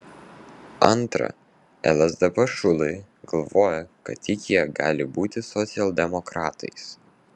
antra lsdp šulai galvoja kad tik jie gali būti socialdemokratais